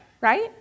right